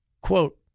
Quote